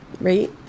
right